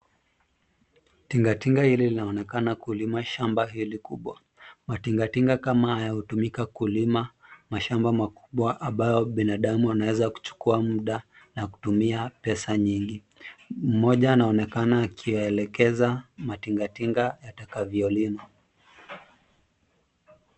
Tingatinga hili linaonekana kulima shamba hili kubwa. Matingatinga kama haya hutumika kulima mashamba makubwa ambayo binadamu anaweza kuchukua muda na kutumia pesa nyingi. Mmoja anaonekana akielekeza matingatinga yatakavyolima.